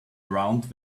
around